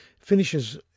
finishes